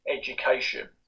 education